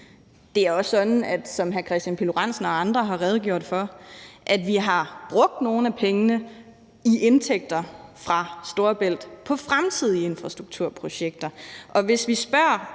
Det er også sådan, at vi, som hr. Kristian Pihl Lorentzen og andre har redegjort for, har brugt nogle af pengene fra indtægter fra Storebælt på fremtidige infrastrukturprojekter. Og hvis vi spørger